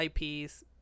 IPs